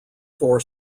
four